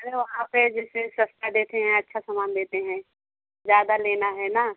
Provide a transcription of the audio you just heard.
अरे वहाँ पर जैसे सस्ता देते हैं अच्छा सामान देते हैं ज़्यादा लेना है ना